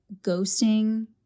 ghosting